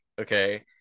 okay